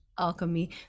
alchemy